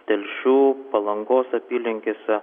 telšių palangos apylinkėse